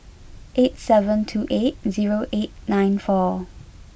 eight seven two eight zero eight nine four